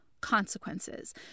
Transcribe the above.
consequences